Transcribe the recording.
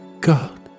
God